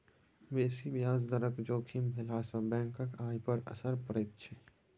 बेसी ब्याज दरक जोखिम भेलासँ बैंकक आय पर असर पड़ैत छै